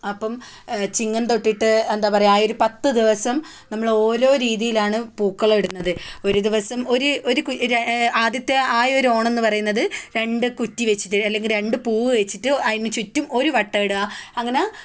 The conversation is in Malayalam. അപ്പം ചിങ്ങം തൊട്ടിട്ട് എന്താണ് പറയുക ആ ഒരു പത്ത് ദിവസം നമ്മൾ ഓരോ രീതിയിലാണ് പൂക്കളം ഇടുന്നത് ഒരു ദിവസം ഒരു ഒര് ഒര് ആദ്യത്തെ ആ ഒരു ഓണം എന്ന് പറയുന്നത് രണ്ട് കുറ്റി വെച്ചിട്ട് അല്ലെങ്കിൽ രണ്ടു പൂവ് വെച്ചിട്ട് അതിന് ചുറ്റും ഒരു വട്ടം ഇടുക അങ്ങനെ